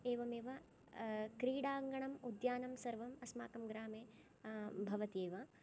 एवमेव क्रीडाङ्गणम् उद्यानं सर्वम् अस्माकं ग्रामे भवति एव